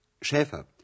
Schäfer